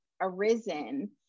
arisen